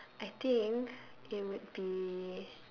I think it would be